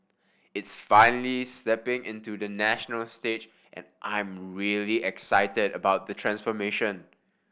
it's finally stepping into the national stage and I'm really excited about the transformation